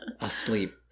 asleep